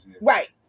Right